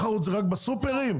רק בסופרים?